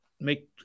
Make